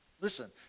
Listen